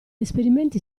esperimenti